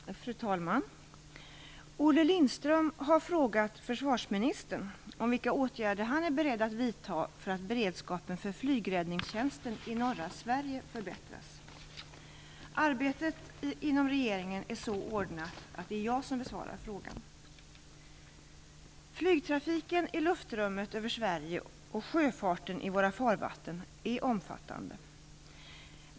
Fru talman! Olle Lindström har frågat försvarsministern om vilka åtgärder han är beredd att vidta för att beredskapen för flygräddningstjänsten i norra Sverige förbättras. Arbetet inom regeringen är så ordnat att det är jag som besvarar frågan. Flygtrafiken i luftrummet över Sverige och sjöfarten i våra farvatten är omfattande.